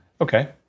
Okay